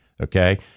Okay